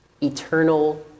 Eternal